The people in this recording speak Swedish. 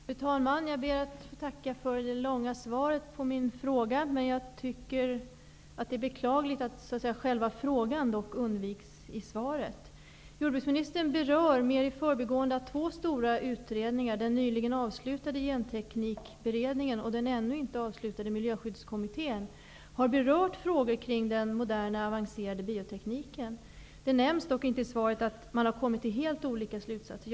Fru talman! Jag ber att få tacka för det långa svaret, men det är beklagligt att själva frågan undviks. Jordbruksministern berör mer i förbigående att två stora utredningar -- den nyligen avslutade Genteknikberedningen och den ännu inte avslutade Miljöskyddskommittén -- har berört frågor kring den moderna avancerade biotekniken. Det nämns dock inte i svaret att dessa har kommit till helt olika slutsatser.